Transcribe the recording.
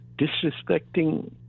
disrespecting